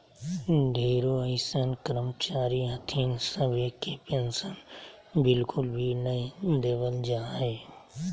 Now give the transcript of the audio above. ढेरो अइसन कर्मचारी हथिन सभे के पेन्शन बिल्कुल भी नय देवल जा हय